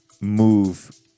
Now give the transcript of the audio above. move